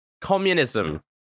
communism